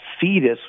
fetus